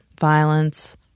violence